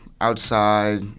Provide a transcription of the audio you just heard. outside